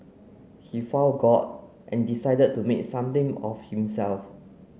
he found God and decided to make something of himself